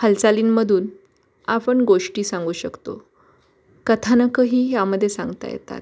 हालचालींमधून आपण गोष्टी सांगू शकतो कथानकही ह्यामध्ये सांगता येतात